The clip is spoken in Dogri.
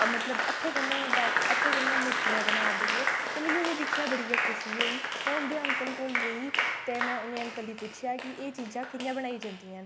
मतलब हत्थें कनै मूर्तियां बना दे है ते में उंहे गी दिक्खियै बडी गै खुशी होई में उंदे अकंल कोल गेई ते में उंहे अकंल गी पुच्छेआ कि एह् चीजा कियां बनाई जंदियां न